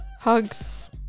Hugs